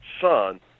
Son